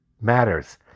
matters